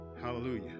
hallelujah